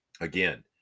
Again